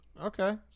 Okay